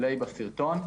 סרטון.